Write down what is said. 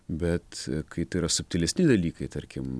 bet kai tai yra subtilesni dalykai tarkim